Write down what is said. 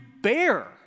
bear